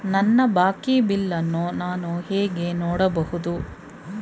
ನನ್ನ ಬಾಕಿ ಬಿಲ್ ಅನ್ನು ನಾನು ಹೇಗೆ ನೋಡಬಹುದು?